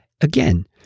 again